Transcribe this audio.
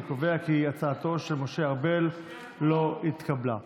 אני קובע כי הצעתו של משה ארבל לא התקבלה.